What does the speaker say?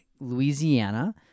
Louisiana